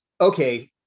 okay